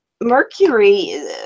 Mercury